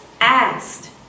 asked